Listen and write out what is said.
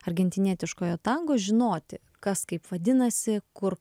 argentinietiškojo tango žinoti kas kaip vadinasi kur